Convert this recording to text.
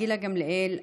גילה גמליאל,